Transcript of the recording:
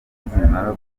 nizimara